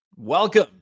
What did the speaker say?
Welcome